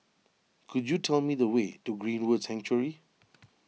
could you tell me the way to Greenwood Sanctuary